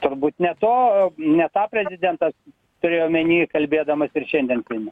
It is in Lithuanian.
turbūt ne to ne tą prezidentas turėjo omeny kalbėdamas ir šiandien seime